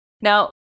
Now